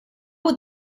with